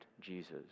Jesus